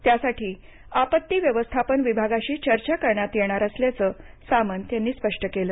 त्यासाठी आपत्ती व्यवस्थापन विभागाशी चर्चा करण्यात येणार असल्याचं सामंत यांनी स्पष्ट केलं